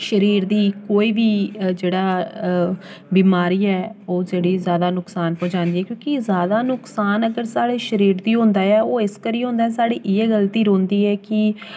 शरीर दी कोई बी जेह्ड़ा बमारी ऐ ओह् जेह्ड़ी जैदा नुक्सान पजांदी क्योंकि जैदा नुक्सान अगर साढ़े शरीर गी होंदा ऐ ओह् इस करियै होंदा ऐ साढ़ी इ'यै गल्ती रौंह्दी ऐ कि